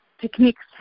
techniques